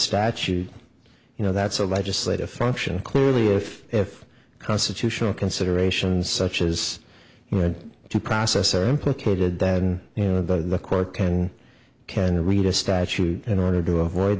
statute you know that's a legislative function clearly if if constitutional considerations such as going to process are implicated that you know the court can and can read a statute in order to avoid